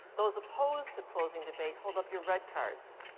those opposed to closing debate, hold up your red cards.